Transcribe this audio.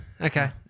Okay